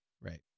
Right